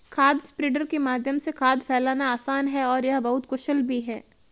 खाद स्प्रेडर के माध्यम से खाद फैलाना आसान है और यह बहुत कुशल भी है